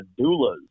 Doulas